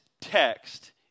text